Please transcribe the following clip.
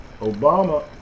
Obama